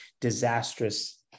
disastrous